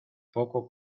poco